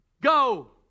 Go